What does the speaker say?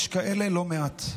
יש לא מעט כאלה.